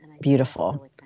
beautiful